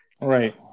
Right